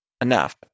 enough